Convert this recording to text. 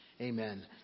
amen